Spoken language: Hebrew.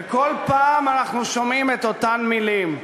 וכל פעם אנחנו שומעים את אותן מילים: